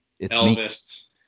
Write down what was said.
Elvis